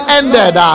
ended